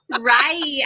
Right